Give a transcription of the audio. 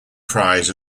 prize